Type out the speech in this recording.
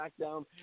SmackDown